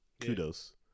Kudos